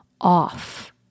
off